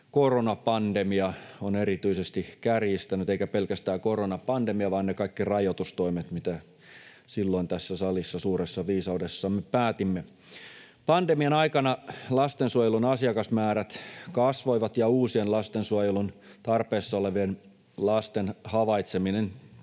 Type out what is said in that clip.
koronapandemia on erityisesti kärjistänyt — eikä pelkästään koronapandemia, vaan ne kaikki rajoitustoimet, mitä silloin tässä salissa suuressa viisaudessamme päätimme. Pandemian aikana lastensuojelun asiakasmäärät kasvoivat ja uusien lastensuojelun tarpeessa olevien lasten havaitseminen